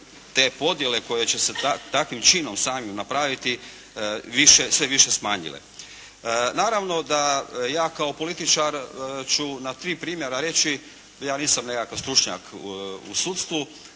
te podjele koje će se takvim činom samim napraviti, se više smanjile. Naravno da ja kao političar ću na tri primjera reći, ja nisam nekakav stručnjak u sudstvu,